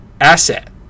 asset